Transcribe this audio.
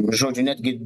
žodžiu netgi